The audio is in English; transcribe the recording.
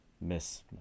miss